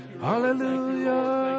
Hallelujah